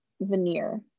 veneer